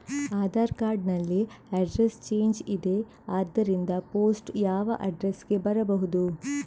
Aadhaar card ನಲ್ಲಿ address change ಇದೆ ಆದ್ದರಿಂದ ಪೋಸ್ಟ್ ಯಾವ ಅಡ್ರೆಸ್ ಗೆ ಬರಬಹುದು?